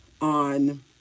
on